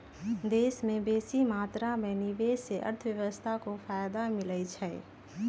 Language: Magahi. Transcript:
देश में बेशी मात्रा में निवेश से अर्थव्यवस्था को फयदा मिलइ छइ